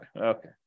Okay